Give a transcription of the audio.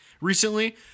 recently